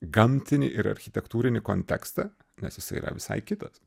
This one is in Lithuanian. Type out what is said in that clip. gamtinį ir architektūrinį kontekstą nes jisai yra visai kitas